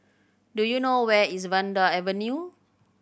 do you know where is Vanda Avenue